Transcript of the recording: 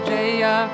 Jaya